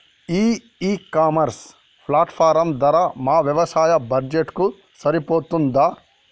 ఈ e commerce platform ధర మా వ్యవసాయ బడ్జెట్ కు సరిపోతుందా?